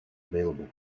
available